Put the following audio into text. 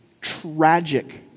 tragic